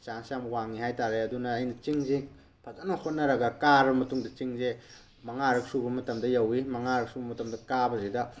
chance ꯌꯥꯝ ꯋꯥꯡꯏ ꯍꯥꯏꯇꯥꯔꯦ ꯑꯗꯨꯅ ꯑꯩꯅ ꯆꯤꯡꯁꯦ ꯐꯖꯅ ꯍꯣꯠꯅꯔꯒ ꯀꯥꯔꯕ ꯃꯇꯨꯡꯗ ꯆꯤꯡꯁꯦ ꯃꯉꯥꯔꯀ ꯁꯨꯕ ꯃꯇꯝꯗ ꯌꯧꯏ ꯃꯉꯥꯔꯛ ꯁꯨꯕ ꯃꯇꯝꯗ ꯀꯥꯕꯁꯤꯗ